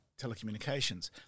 telecommunications